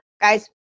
guys